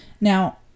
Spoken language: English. Now